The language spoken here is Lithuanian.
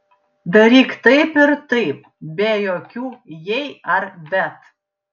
daryk taip ir taip be jokių jei ar bet